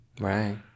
Right